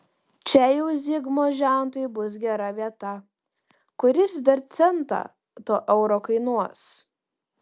čia jau zigmo žentui bus gera vieta kuris dar centą to euro kainuos